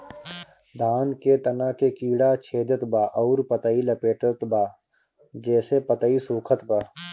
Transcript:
धान के तना के कीड़ा छेदत बा अउर पतई लपेटतबा जेसे पतई सूखत बा?